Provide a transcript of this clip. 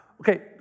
Okay